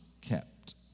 kept